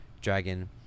dragon